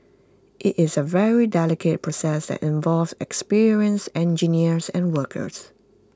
IT is A very delicate process that involves experienced engineers and workers